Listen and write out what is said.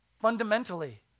fundamentally